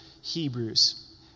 Hebrews